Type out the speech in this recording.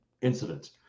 incidents